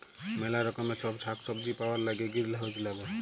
ম্যালা রকমের ছব সাগ্ সবজি পাউয়ার ল্যাইগে গিরিলহাউজ ল্যাগে